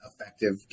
effective